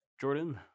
Jordan